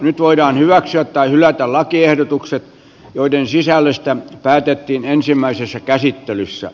nyt voidaan hyväksyä tai hylätä lakiehdotukset joiden sisällöstä päätettiin ensimmäisessä käsittelyssä